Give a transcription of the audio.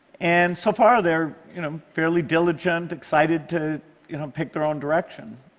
and so far, they're you know fairly diligent, excited to you know pick their own direction.